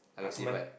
I combine